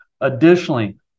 Additionally